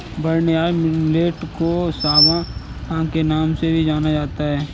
barnyard millet को सांवा के नाम से भी जाना जाता है